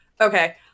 Okay